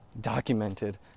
documented